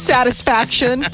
Satisfaction